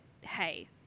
hey